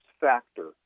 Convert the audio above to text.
factor